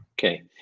Okay